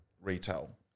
retail